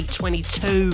2022